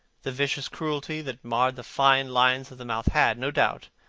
the vicious cruelty that marred the fine lines of the mouth had, no doubt,